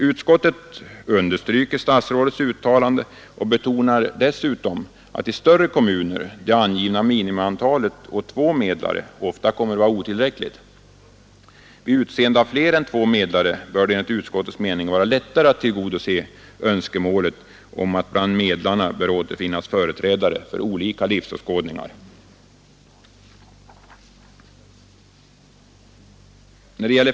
Utskottet understryker statsrådets uttalande och betonar dessutom att i större kommuner det angivna minimiantalet — två medlare — ofta kommer att vara otillräckligt. Vid utseende av fler än två medlare bör det enligt utskottets mening vara lättare att tillgodose önskemålet om att bland medlarna bör återfinnas företrädare för olika livsåskådningar.